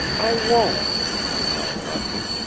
i won't, she denied hotly.